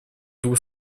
двух